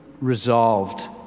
resolved